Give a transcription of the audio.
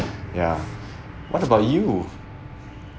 ya what about you